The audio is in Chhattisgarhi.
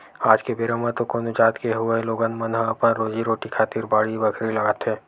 आज के बेरा म तो कोनो जात के होवय लोगन मन ह अपन रोजी रोटी खातिर बाड़ी बखरी लगाथे